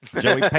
Joey